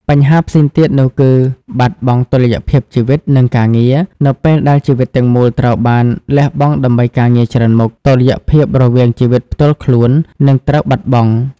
បញ្ហាផ្សេងទៀត នោះគឺ បាត់បង់តុល្យភាពជីវិត និងការងារ នៅពេលដែលជីវិតទាំងមូលត្រូវបានលះបង់ដើម្បីការងារច្រើនមុខ តុល្យភាពរវាងជីវិតផ្ទាល់ខ្លួន នឹងត្រូវបាត់បង់។